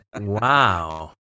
wow